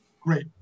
Great